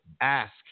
ask